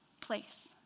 place